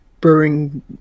Brewing